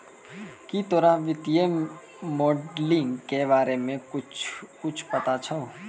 की तोरा वित्तीय मोडलिंग के बारे मे कुच्छ पता छौं